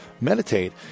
meditate